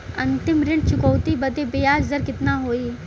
अंतिम ऋण चुकौती बदे ब्याज दर कितना होई?